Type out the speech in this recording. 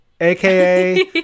AKA